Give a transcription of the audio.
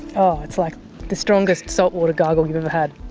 oh, it's like the strongest salt-water gargle you've ever had.